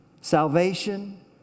Salvation